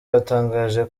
batangaje